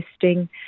testing